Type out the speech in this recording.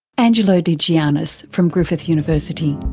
angelo de gioannis from griffith university.